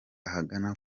ahagana